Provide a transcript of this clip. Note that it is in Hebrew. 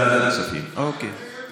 לוועדת הכספים, אוקיי.